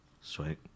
Sweet